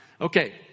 Okay